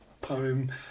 poem